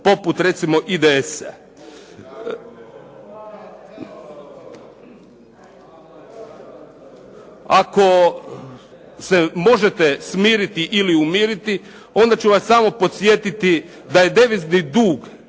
poput recimo IDS-a. Ako se možete smiriti ili umiriti, onda ću vas samo podsjetiti da je devizni dug